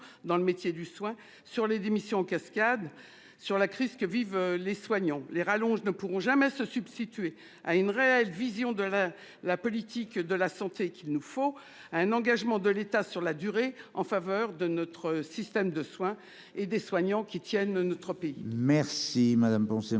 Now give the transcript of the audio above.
dans les métiers du soin, sur les démissions en cascade, sur la crise que vivent les soignants. Les rallonges ne pourront jamais se substituer à une réelle vision de la politique de santé, à un engagement de l'État dans la durée en faveur de notre système de soins et des soignants qui tiennent notre pays.